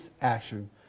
action